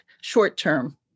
short-term